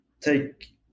take